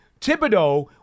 Thibodeau